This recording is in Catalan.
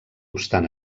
obstant